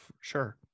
sure